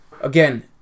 Again